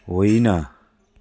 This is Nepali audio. होइन